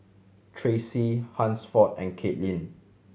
Tracie Hansford and Caitlyn